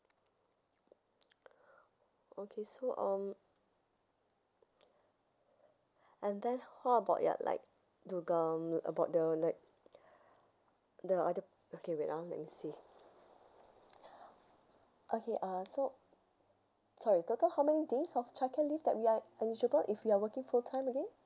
okay so um and then how about ya like do um about the like the other okay wait ah let me see okay uh so sorry total how many days of childcare leave that we are eligible if we are working full time again